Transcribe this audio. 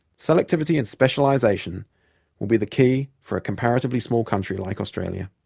selectivity and specialization will be the key for a comparatively small country like australia.